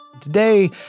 Today